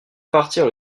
partir